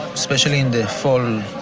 especially in the fall,